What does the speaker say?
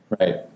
right